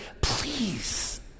Please